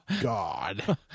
God